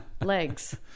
Legs